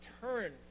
turn